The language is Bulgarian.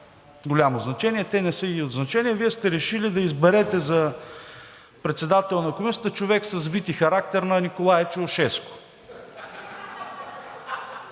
голямо значение, те не са и от значение. Вие сте решили да изберете за председател на Комисията човек с вид и характер на Николае Чаушеску